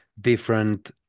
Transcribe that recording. different